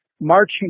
marching